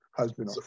husband